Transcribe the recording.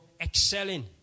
excelling